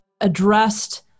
addressed